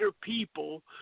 people